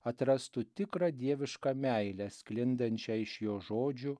atrastų tikrą dievišką meilę sklindančią iš jo žodžių